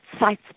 site